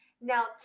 Now